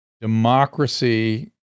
democracy